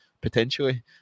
Potentially